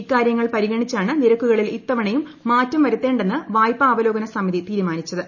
ഇക്കാര്യങ്ങൾ പരിഗണിച്ചാണ് നിരക്കുകളിൽ ഇത്തവണയും മാറ്റം വരുത്തേണ്ടെന്ന് വായ്പാവലോകന സമിതി തീരുമാനിച്ചത്